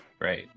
Right